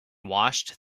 washed